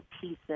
pieces